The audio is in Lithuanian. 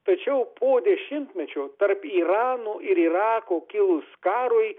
tačiau po dešimtmečio tarp irano ir irako kilus karui